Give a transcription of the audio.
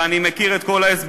ואני מכיר את כל ההסברים: